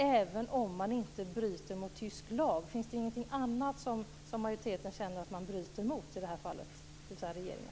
Även om man inte bryter mot tysk lag undrar jag om det inte finns någonting annat som majoriteten känner att man, dvs. regeringen, bryter mot i det här fallet.